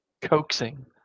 coaxing